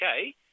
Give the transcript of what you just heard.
okay